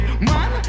Man